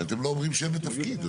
אתם לא אומרים שם ותפקיד.